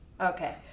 Okay